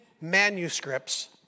manuscripts